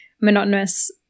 monotonous